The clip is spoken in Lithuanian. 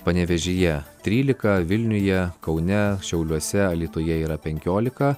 panevėžyje trylika vilniuje kaune šiauliuose alytuje yra penkiolika